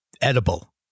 edible